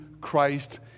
Christ